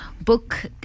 Book